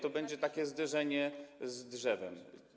To będzie takie zderzenie z drzewem.